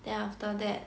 then after that